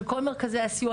של כל מרכזי הסיוע,